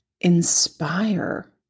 inspire